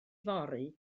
fory